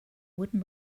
wooden